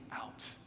out